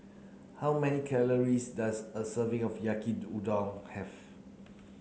how many calories does a serving of Yaki udon have